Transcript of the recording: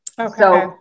okay